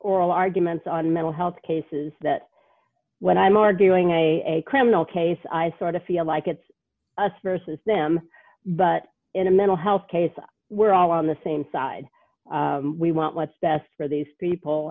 oral arguments on mental health cases that when i'm arguing i criminal case i sort of feel like it's us versus them but in a mental health case we're all on the same side we want what's best for these people